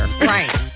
Right